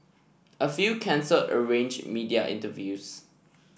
a few cancelled arrange media interviews